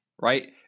Right